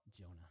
Jonah